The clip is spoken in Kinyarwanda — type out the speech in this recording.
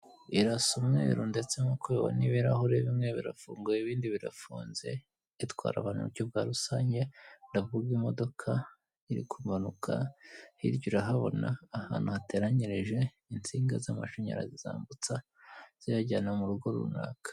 Irasumweru ndetse nkuko ubibona ibirahure bimwe birafunguye ibindi birafunze itwara abantu muburyo bwa rusange nabwo bwimodoka iri kumanuka, hirya urahabona ahantu hateranyirije insinga z'amashanyarazi zambutsa ziyajyana murugo runaka.